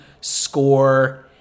score